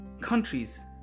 countries